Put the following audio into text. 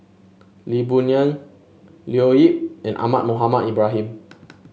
Lee Boon Ngan Leo Yip and Ahmad Mohamed Ibrahim